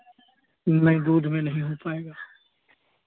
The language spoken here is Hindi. नहीं दूध में नहीं हो पाएगा